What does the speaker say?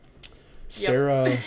Sarah